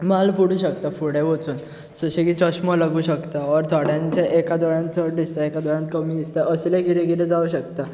माल पडूंक शकता फुडें वचोन जशें कि चश्मो लागूं शकता ऑर थोड्यांचे एका दोळ्यान चड दिसता एका दोळ्यान कमी दिसता असले कितें कितें जावं शकता